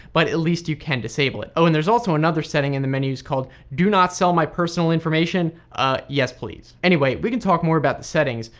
but at least you can disable it. oh and there's another setting in the menus called do not sell my personal information. ah yes please. anyway we can talk more about the settings,